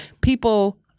People